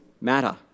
matter